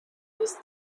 this